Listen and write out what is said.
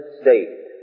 state